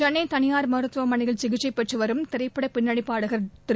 சென்னை தனியார் மருத்துவமனையில் சிகிச்சை பெற்று வரும் திரைப்பட பின்னணிப் பாடகர் திரு